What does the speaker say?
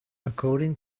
according